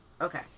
okay